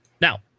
Now